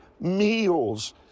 meals